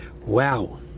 Wow